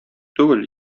түгел